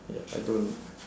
ya I don't